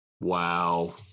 Wow